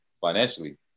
financially